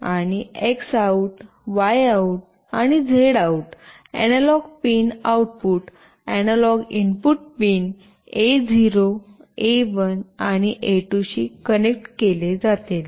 आणि X out X OUT Y out Y OUT आणि Z out Z OUT analog pin output analog input pin ए0 A one आणि A two शी connect केले जातील